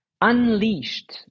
unleashed